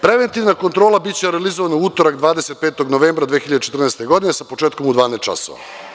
Preventivna kontrola biće realizovana u utorak 25. novembra 2014. godine sa početkom u 12,00 časova.